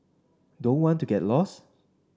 don't want to get lost